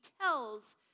tells